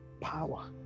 power